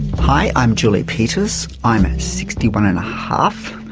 hi, i'm julie peters, i'm sixty-one and a half.